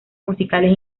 musicales